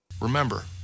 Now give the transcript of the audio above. Remember